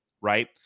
Right